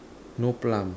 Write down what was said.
no plum